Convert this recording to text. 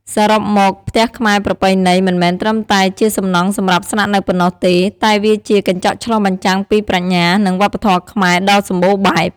សរុបមក ផ្ទះខ្មែរប្រពៃណី មិនមែនត្រឹមតែជាសំណង់សម្រាប់ស្នាក់នៅប៉ុណ្ណោះទេ តែវាជា កញ្ចក់ឆ្លុះបញ្ចាំងពីប្រាជ្ញា និងវប្បធម៌ខ្មែរ ដ៏សម្បូរបែប។